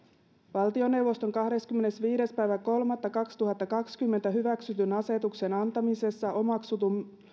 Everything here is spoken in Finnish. valtioneuvoston kahdeskymmenesviides kolmatta kaksituhattakaksikymmentä hyväksytyn asetuksen antamisessa omaksuma